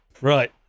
Right